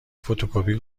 فتوکپی